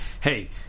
hey